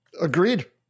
Agreed